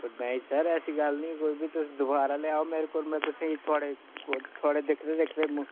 नेईं सर ऐसी गल्ल ई नेईं कोई बी तुस दवारै लेहाओ मेरे कोल में तुसें ई थुआढ़े कोल थुआ दिखदे दिखदे